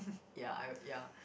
ya I y~ ya